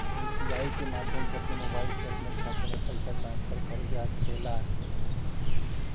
UPI के माध्यम से अपने मोबाइल से अपने खाते में पइसा ट्रांसफर करल जा सकला